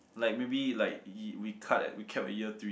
like maybe like we we cut we cap by year three